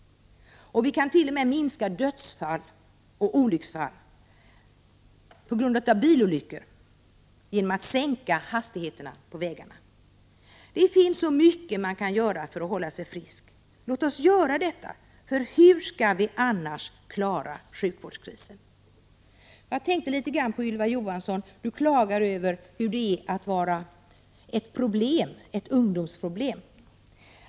Vi kan minska dödsfall och olycksfall vid bilolyckor genom sänkta hastigheter på vägarna. Det finns mycket man kan göra för att hålla sig frisk. Låt oss göra detta, för hur skall vi annars klara sjukvårdskrisen? Jag tänkte litet på Ylva Johansson. Hon klagar över hur det är att vara ett ungdomsproblem.